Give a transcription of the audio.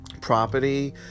property